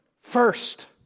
first